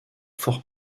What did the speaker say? fort